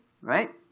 right